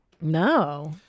no